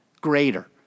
greater